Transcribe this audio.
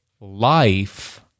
life